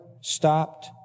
stopped